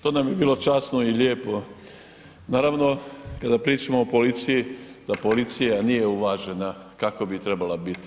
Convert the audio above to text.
To nam je bilo časno i lijepo, naravno, kada pričamo o policiji, da policija nije uvažena kako bi trebala biti.